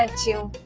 ah too